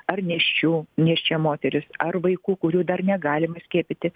ar nėščių nėščia moteris ar vaikų kurių dar negalima skiepyti